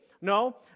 No